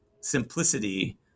simplicity